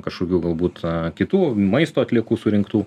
kažkokių galbūt kitų maisto atliekų surinktų